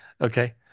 Okay